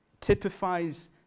typifies